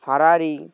Ferrari